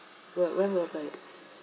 whe~ when will the